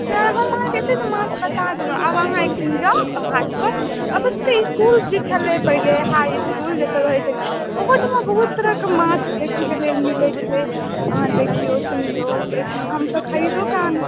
रोहु माछ अत्ते तऽ माछ बता देलहुॅं आब अहाँ एक दिन जाउ हाट पर अपन सबके इसकुल जे छलै पहले हाइ इसकुल जेतऽ रहै छै ओहुठाम बहुत तरहके माछ देखैके लिए मिलै छलै अहाँ देखियो सुनियो हमसब खरीदोके आनू